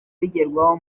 bigerwaho